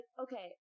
okay